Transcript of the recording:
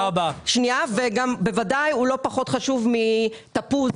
וגם בוודאי הוא לא חשוב מתפוז,